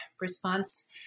response